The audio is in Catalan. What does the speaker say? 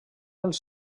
els